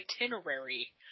itinerary